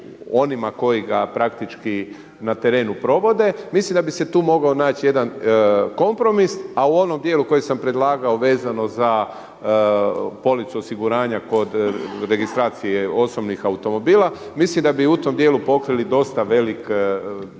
onima koji ga praktički na terenu provode, mislim da bi se tu mogao naći jedan kompromis. A u onom dijelu koji sam predlagao vezano za policu osiguranja kod registracije osobnih automobila, mislim da bi u tom dijelu pokrili dosta velik